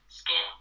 skin